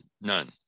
none